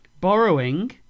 Borrowing